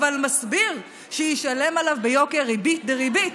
אבל מסביר שישלם עליו ביוקר ריבית דריבית,